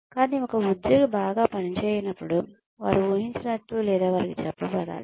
కానీ ఒక ఉద్యోగి బాగా పని చేయనప్పుడు వారు ఊహించినట్లు లేదా వారికి చెప్పబడాలి